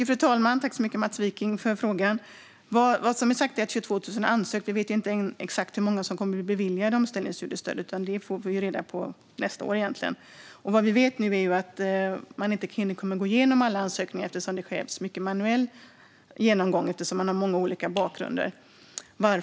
Fru talman! Tack så mycket, Mats Wiking, för frågan. Vad som är sagt är att 22 000 har ansökt. Vi vet ju inte hur många som kommer att bli beviljade omställningsstudiestöd, utan det får vi reda på nästa år. Vad vi vet nu är att man inte hinner gå igenom alla ansökningar eftersom det krävs mycket manuell genomgång då de sökande har många olika bakgrunder.